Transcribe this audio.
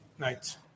night